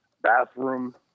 bathroom